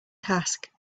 task